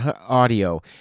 audio